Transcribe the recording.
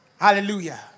Hallelujah